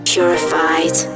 Purified